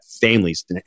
families